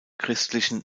christlichen